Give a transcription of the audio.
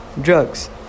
Drugs